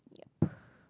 yup